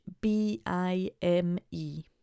B-I-M-E